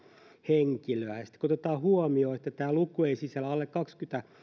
henkilöä ja sitten kun otetaan huomioon että tämä luku ei sisällä alle kaksikymmentä